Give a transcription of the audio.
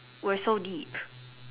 were so deep